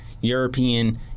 European